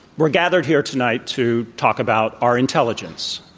we're gathered here tonight to talk about our intelligence,